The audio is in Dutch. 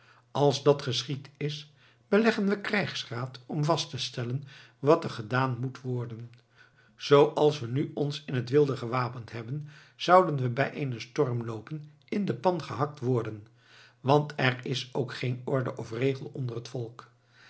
als dat geschied is beleggen we krijgsraad om vast te stellen wat er gedaan moet worden zooals we nu ons in het wilde gewapend hebben zouden we bij een stormloopen in de pan gehakt worden want er is ook geen orde of regel onder het volk